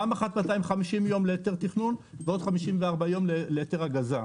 פעם אחת 250 יום להיתר תכנון ועוד 54 יום להיתר הגזה.